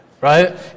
right